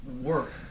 work